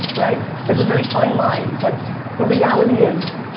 right, there's a very fine line. but the reality is,